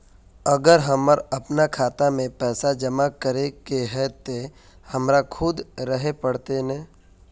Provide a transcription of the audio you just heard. अगर हमर अपना खाता में पैसा जमा करे के है ते हमरा खुद रहे पड़ते ने?